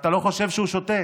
ואתה לא חושב שהוא שותה,